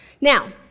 Now